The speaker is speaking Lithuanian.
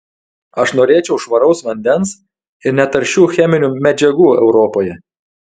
aš norėčiau švaraus vandens ir netaršių cheminių medžiagų europoje